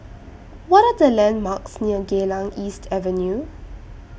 What Are The landmarks near Geylang East Avenue